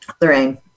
Lorraine